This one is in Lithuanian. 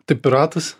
tai piratas